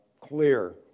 clear